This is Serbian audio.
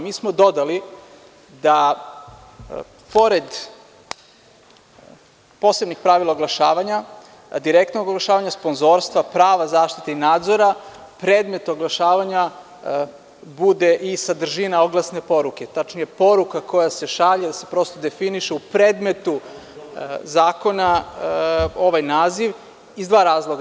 Mi smo dodali da pored posebnih pravila oglašavanja, direktnog oglašavanja, sponzorstva, prava zaštite i nadzora, predmet oglašavanja bude i sadržina oglasne poruke, tačnije, poruka koja se šalje se prosto definiše u predmetu zakona, ovaj naziv, iz dva razloga.